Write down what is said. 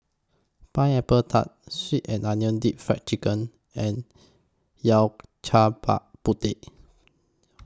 Pineapple Tart Sweet and Onion Deep Fried Chicken and Yao Cai Bak Kut Teh